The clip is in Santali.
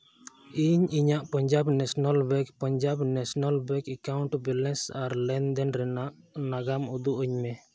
ᱤᱧ ᱤᱧᱟᱹᱜ Punjab national bank Punjab national bank account balance ᱟᱨ ᱞᱮᱱᱫᱮᱱ ᱨᱮᱱᱟᱜ ᱱᱟᱜᱟᱢ ᱩᱫᱩᱜ ᱟᱹᱧ ᱢᱮ